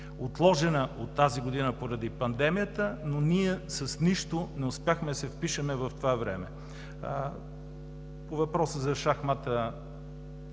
отложена от тази година поради пандемията, но ние с нищо не успяхме да се впишем в това време? По въпроса за шахмата